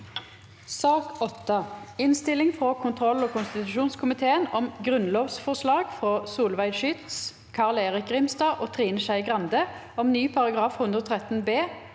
mai 2024 Innstilling fra kontroll- og konstitusjonskomiteen om Grunnlovsforslag fra Solveig Schytz, Carl-Erik Grimstad og Trine Skei Grande om ny § 113